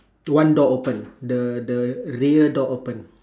one door open the the rear door open